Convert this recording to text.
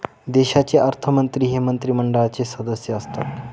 देशाचे अर्थमंत्री हे मंत्रिमंडळाचे सदस्य असतात